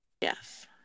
Yes